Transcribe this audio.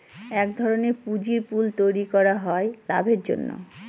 এক ধরনের পুঁজির পুল তৈরী করা হয় লাভের জন্য